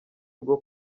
bwo